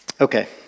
okay